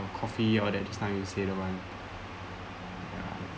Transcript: the coffee all that just now you said the one ya